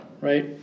right